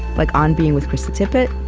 like on being with krista tippett,